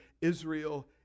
israel